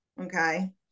Okay